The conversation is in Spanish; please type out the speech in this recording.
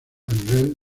nivel